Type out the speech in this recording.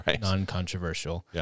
non-controversial